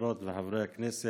חברות וחברי הכנסת,